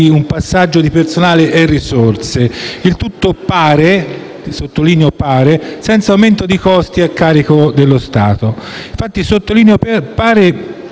sottolineo: pare - senza aumento di costi a carico dello Stato.